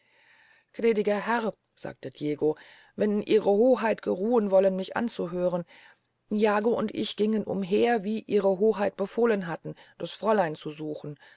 gnädiger herr sagte diego wenn ihre hoheit geruhen wollten mich anzuhören jago und ich giengen umher wie ihre hoheit befohlen hatten das fräulein zu suchen